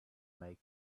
make